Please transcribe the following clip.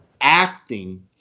acting